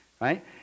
Right